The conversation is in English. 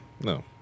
No